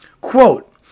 Quote